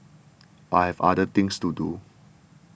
I have other things to do